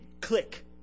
click